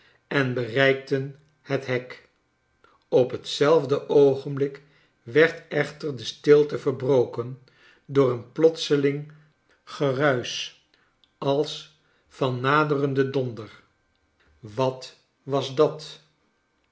en bereikten het hek op hetzelfde oogenblik werd echter de stilte verbroken door een plotseling geruisch als van naderenden donder wat was dat